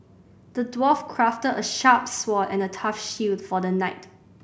the dwarf crafted a sharp sword and a tough shield for the knight